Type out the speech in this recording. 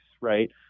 right